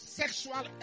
sexual